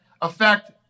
affect